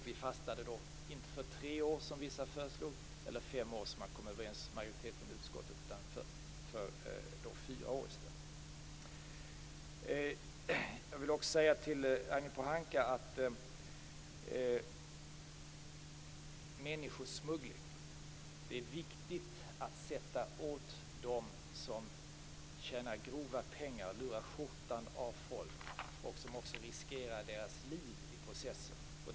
Vi fastnade då, inte för tre år som vissa föreslog eller för fem år som majoriteten i utredningen kom överens om, utan för fyra år i stället. Jag vill vidare säga till Ragnhild Pohanka om människosmuggling att det är viktigt att sätta åt dem som tjänar grova pengar och lurar skjortan av folk och som också riskerar deras liv i processen.